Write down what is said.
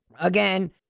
Again